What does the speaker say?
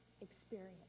experience